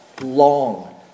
long